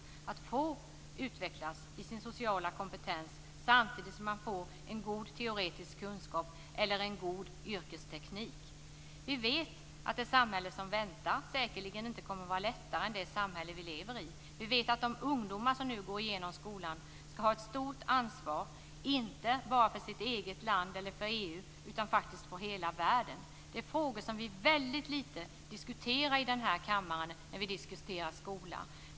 Människan måste få utvecklas i sin sociala kompetens samtidigt som hon får en god teoretisk kunskap eller en god yrkesteknik. Vi vet att det samhälle som väntar säkerligen inte kommer att vara lättare än det samhälle som vi lever i. De ungdomar som nu går igenom skolan kommer att få ett stort ansvar, inte bara för sitt eget land eller för EU utan faktiskt för hela världen. Det är frågor som vi väldigt lite diskuterar under skoldebatter i denna kammare.